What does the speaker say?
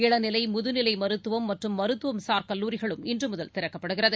இளநிலை முதுநிலைமருத்துவம் மற்றும் மருத்துவசார் கல்லூரிகளும் இன்றுமுதல் திறக்கப்படுகிறது